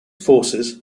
forces